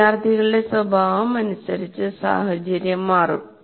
വിദ്യാർത്ഥികളുടെ സ്വഭാവം അനുസരിച്ച് സാഹചര്യം മാറും